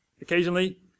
occasionally